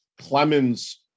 Clemens